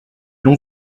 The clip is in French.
l’on